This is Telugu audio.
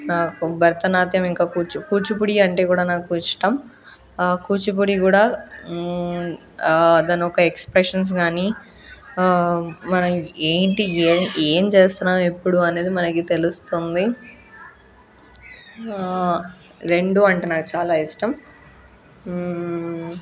నాకు భరతనాట్యం ఇంకా కూచి కూచిపూడి అంటే కూడా నాకు ఇష్టం కూచిపూడి కూడా దాని యొక్క ఎక్స్ప్రెషన్స్ కానీ మనం ఏంటి ఏం ఏం చేస్తున్నాం ఎప్పుడు అనేది మనకు తెలుస్తుంది రెండు అంటే నాకు చాలా ఇష్టం